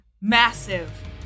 massive